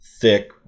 thick